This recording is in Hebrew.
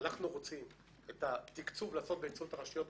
לעשות את התקצוב באמצעות הרשויות,